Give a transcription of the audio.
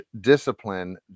discipline